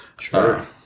sure